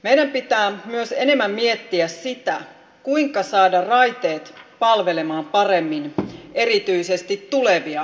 meidän pitää myös enemmän miettiä sitä kuinka saada raiteet palvelemaan paremmin erityisesti tulevia sukupolvia